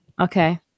Okay